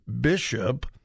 bishop